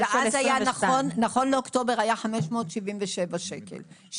נכון לאוקטובר היה 577 שקלים.